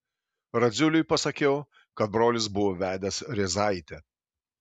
radziuliui pasakiau kad brolis buvo vedęs rėzaitę